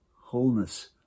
wholeness